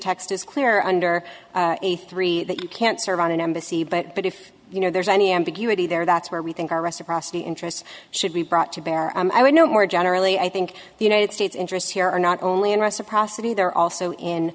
text is clear under a three that you can't serve on an embassy but if you know there's any ambiguity there that's where we think our reciprocity interests should be brought to bear i would know more generally i think the united states interests here are not only in reciprocity they're also in